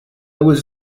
was